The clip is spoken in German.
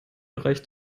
bereich